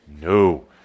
No